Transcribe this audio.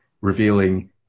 revealing